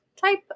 type